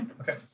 Okay